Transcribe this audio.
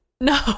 No